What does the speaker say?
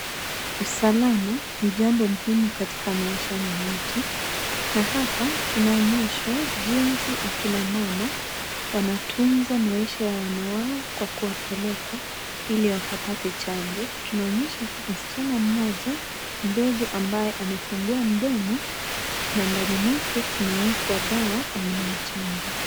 Usalama ni jambo muhimu katika maishani mwetu na hapa tunaonyeshwa jinsi akina mama wanatunza maisha ya wanawao kwa kuwapeleka ili wakapate chanjo. Tunaonyeshwa kuwa msichana mmoja mdogo ambaye amefungua mdomo na ndani mwake kunawekwa dawa aina ya chanjo.